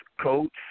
coats